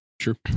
Sure